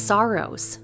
Sorrows